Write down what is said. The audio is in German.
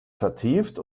vertieft